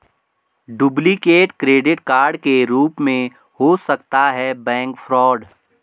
duplicate credit card के रूप में हो सकता है बैंक फ्रॉड